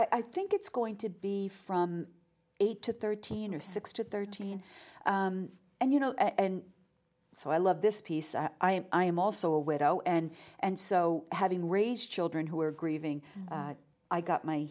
i think it's going to be from eight to thirteen or six to thirteen and you know and so i love this piece i am i am also a widow and and so having raised children who are grieving i got my